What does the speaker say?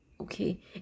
okay